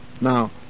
Now